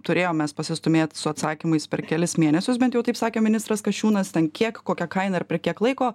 turėjom mes pasistūmėt su atsakymais per kelis mėnesius bent jau taip sakė ministras kasčiūnas ten kiek kokia kaina ir per kiek laiko